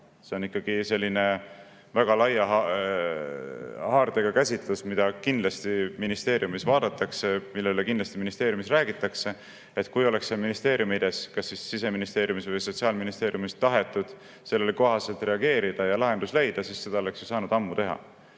See on ikkagi selline väga laia haardega käsitlus, mida kindlasti ministeeriumis vaadatakse, millest kindlasti ministeeriumis räägitakse. Kui oleks ministeeriumides, kas Siseministeeriumis või Sotsiaalministeeriumis tahetud sellele kohaselt reageerida ja lahendus leida, siis oleks seda ju saanud ammu teha.